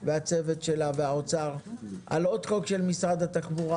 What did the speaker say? הצוות שלה והאוצר על עוד חוק של משרד התחבורה,